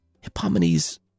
Hippomenes